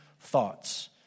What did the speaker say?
thoughts